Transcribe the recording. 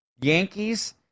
Yankees